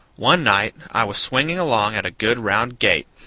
one night i was swinging along at a good round gait,